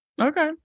Okay